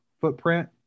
footprint